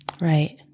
Right